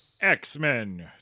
x-men